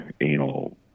anal